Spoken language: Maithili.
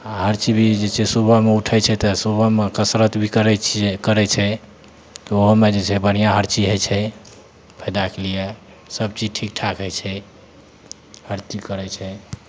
आ हरचीज भी जे छै सुबहमे ऊठै छै तऽ सुबहमे कसरत भी करै छियै करै छै तऽ ओहोमे जे छै बढ़ियाँ हरचीज होइ छै फायदा के लिए सबचीज ठीक ठाक होइ छै हरचीज करै छै